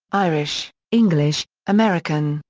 irish, english, american,